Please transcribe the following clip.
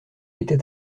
était